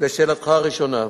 לשאלתך הראשונה: